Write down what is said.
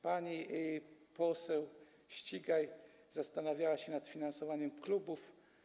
Pani poseł Ścigaj zastanawiała się nad finansowaniem klubów.